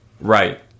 Right